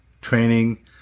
training